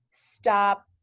stop